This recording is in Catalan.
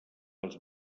als